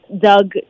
Doug